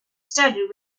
studded